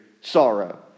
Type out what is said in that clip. sorrow